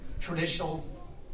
traditional